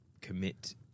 commit